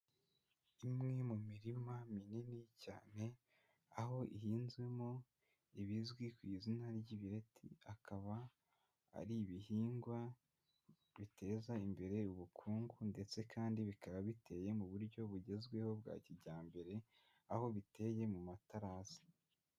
Imwe mu mirima minini cyane aho ihinzwemo ibizwi ku izina ry'ibireti, akaba ari ibihingwa biteza imbere ubukungu ndetse kandi bikaba biteye mu buryo bugezweho bwa kijyambere aho biteye mu matarasi.